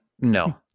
No